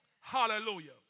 Hallelujah